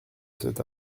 cet